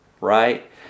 right